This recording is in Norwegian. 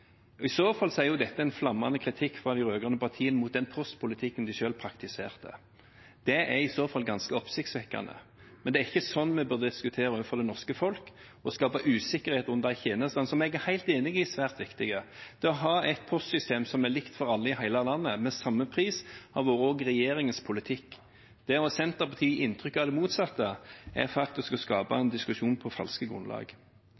jo dette en flammende kritikk fra de rød-grønne partiene mot den postpolitikken de praktiserte selv. Det er i så fall ganske oppsiktsvekkende. Det er ikke sånn vi burde diskutere overfor det norske folk – å skape usikkerhet rundt de tjenestene som jeg er helt enig i er svært viktige. Å ha et postsystem som er likt for alle i hele landet, med samme pris, har også vært regjeringens politikk. At Senterpartiet gir inntrykk av det motsatte, er faktisk å skape en diskusjon på falskt grunnlag.